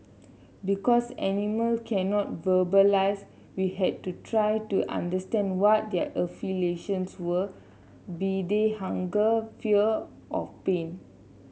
because animal cannot verbalise we had to try to understand what their affiliations were be they hunger fear of pain